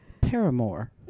Paramore